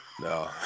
No